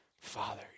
Father